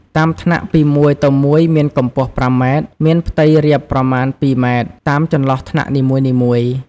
តាមថ្នាក់ពីមួយទៅមួយ មានកំពស់៥ម៉ែត្រ មានផ្ទៃរាបប្រមាណ ២ម៉ែត្រ តាមចន្លោះថ្នាក់នីមួយៗ។